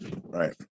right